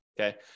Okay